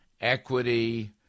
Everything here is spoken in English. equity